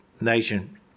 nation